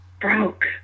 broke